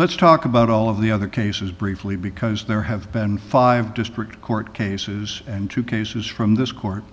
let's talk about all of the other cases briefly because there have been five district court cases and two cases from this court